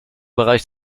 bereich